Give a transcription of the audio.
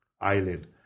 Island